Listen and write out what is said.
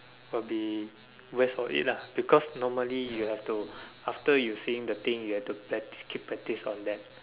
will be waste of it lah because normally you have to after you seeing the thing you have to practice keep practice one then